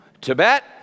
Tibet